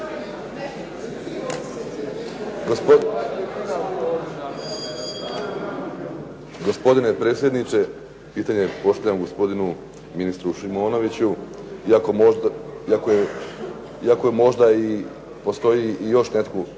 Gospodine predsjedniče, pitanje postavljam gospodinu ministru Šimonoviću, iako možda postoji i još netko